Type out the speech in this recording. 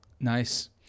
Nice